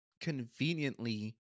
conveniently